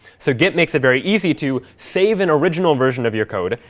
so git makes it very easy to save an original version of your code,